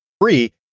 free